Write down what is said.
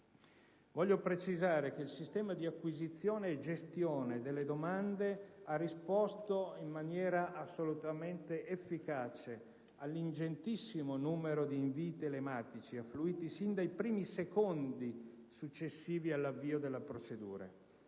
Voglio precisare che il sistema di acquisizione e gestione delle domande ha efficacemente risposto all'ingentissimo numero di invii telematici affluiti sin dai primi secondi successivi all'avvio delle procedure.